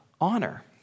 honor